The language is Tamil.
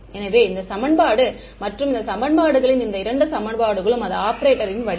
எனவே இந்த சமன்பாடு மற்றும் இந்த சமன்பாடுகளின் இந்த இரண்டு சமன்பாடுகளும் அது ஆபரேட்டரின் வடிவம்